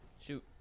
Shoot